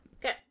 Okay